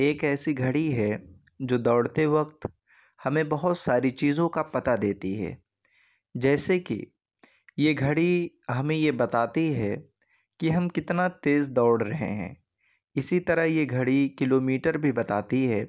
ایک ایسی گھڑی ہے جو دوڑتے وقت ہمیں بہت ساری چیزوں کا پتہ دیتی ہے جیسے کہ یہ گھڑی ہمیں یہ بتاتی ہے کہ ہم کتنا تیز دوڑ رہے ہیں اسی طرح یہ گھڑی کلو میٹر بھی بتاتی ہے